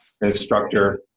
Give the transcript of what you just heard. instructor